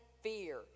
fear